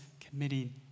committing